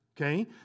okay